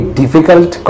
difficult